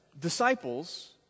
disciples